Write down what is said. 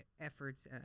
efforts